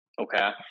okay